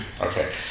Okay